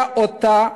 אותה,